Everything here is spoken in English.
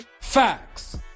Facts